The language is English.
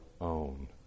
own